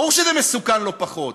ברור שזה מסוכן לא פחות,